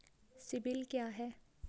CIBIL क्या है?